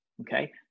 Okay